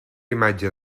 imatge